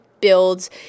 builds